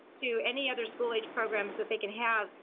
to any other school-age programs that they can have,